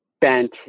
bent